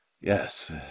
Yes